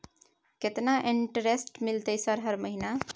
केतना इंटेरेस्ट मिलते सर हर महीना?